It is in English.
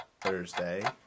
Thursday